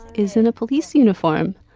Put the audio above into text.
is in a police uniform.